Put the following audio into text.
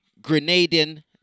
Grenadian